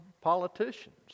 politicians